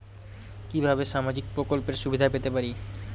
কিভাবে সামাজিক প্রকল্পের সুবিধা পেতে পারি?